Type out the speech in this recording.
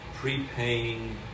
prepaying